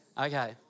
Okay